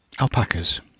Alpacas